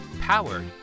powered